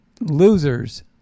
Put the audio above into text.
losers